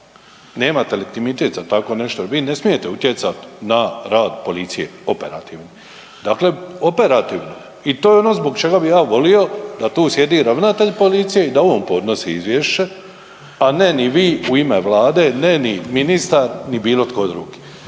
nemate legitimitet za takvo nešto. Vi ne smijete utjecati na rad policije operativno. Dakle, operativno i to je ono zbog čega bih ja volio da tu sjedi ravnatelj policije i da on podnosi izvješće, a ne ni vi u ime Vlade, ne ni ministar ni bilo tko drugi.